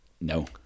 no